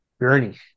journey